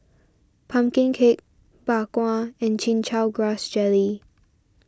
Pumpkin Cake Bak Kwa and Chin Chow Grass Jelly